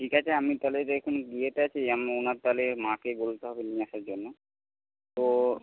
ঠিক আছে আমি তাহলে তো এখন ইয়েতে আছি ওনার তাহলে মাকে বলতে হবে নিয়ে আসার জন্য তো